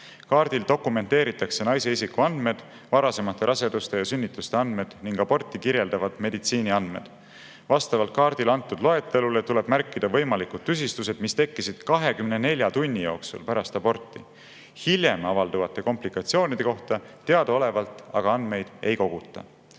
Kaardil dokumenteeritakse naise isikuandmed, varasemate raseduste ja sünnituste andmed ning aborti kirjeldavad meditsiiniandmed. Vastavalt kaardil [toodud] loetelule tuleb märkida ka tüsistused, mis tekkisid 24 tunni jooksul pärast aborti. Hiljem avaldunud komplikatsioonide kohta teadaolevalt andmeid ei koguta.